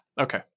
Okay